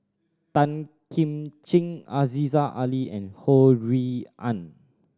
Tan Kim Ching Aziza Ali and Ho Rui An